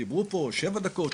דיברו פה על שבע דקות,